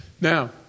Now